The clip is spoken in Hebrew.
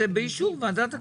באישור ועדת הכספים.